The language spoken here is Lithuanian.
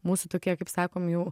mūsų tokie kaip sakom jau